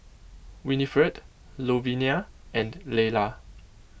Winifred Louvenia and Lela